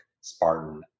Spartan